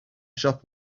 shop